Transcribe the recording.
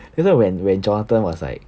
you know when when jonathan was like